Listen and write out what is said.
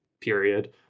period